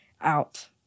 out